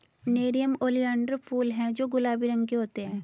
nerium oleander फूल हैं जो गुलाबी रंग के होते हैं